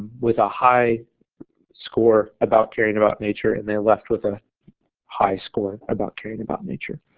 with a high score about caring about nature and they left with a high score about caring about nature.